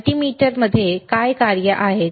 मल्टीमीटरमध्ये काय कार्ये आहेत